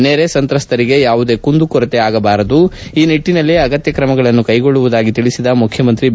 ನೆರೆ ಸಂತಸ್ತರಿಗೆ ಯಾವುದೇ ಕುಂದುಕೊರತೆ ಆಗಬಾರದು ಈ ನಿಟ್ಟನಲ್ಲಿ ಅಗತ್ಯ ತ್ರಮಗಳನ್ನು ಕೈಗೊಳ್ಳುವುದಾಗಿ ತಿಳಿಸಿದ ಮುಖ್ಯಮಂತ್ರಿ ಬಿ